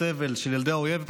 החוק.